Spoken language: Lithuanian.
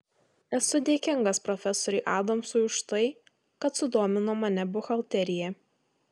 esu dėkingas profesoriui adamsui už tai kad sudomino mane buhalterija